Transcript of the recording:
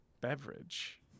beverage